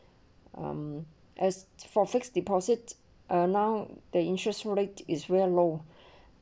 um as for fixed deposit uh now the interest rate is very low